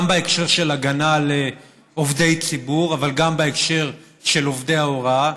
גם בהקשר של הגנה על עובדי ציבור אבל גם בהקשר של עובדי ההוראה,